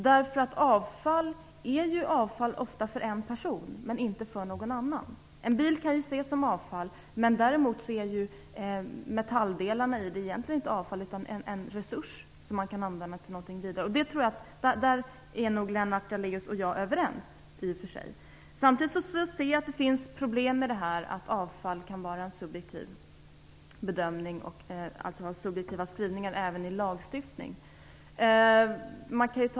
Det som är avfall för en person är det ofta inte för en annan. En bil kan ses som avfall, medan metalldelarna i den däremot inte är avfall utan en resurs som kan användas vidare. På den punkten är nog Lennart Daléus och jag överens. Samtidigt finns det problem med att ha subjektiva skrivningar även i lagstiftningen.